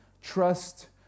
trust